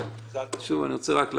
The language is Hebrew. התשע"ט 2018 אושרה,